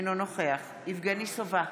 אינו נוכח יבגני סובה,